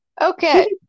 Okay